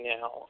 now